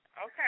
Okay